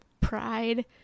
pride